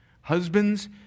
Husbands